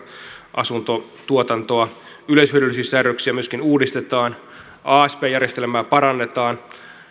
asuntotuotantoa yleishyödyllisiä säädöksiä myöskin uudistetaan asp järjestelmää parannetaan